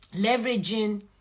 Leveraging